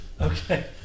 Okay